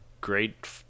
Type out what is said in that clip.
great